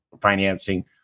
financing